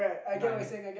you know what I mean